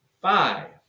five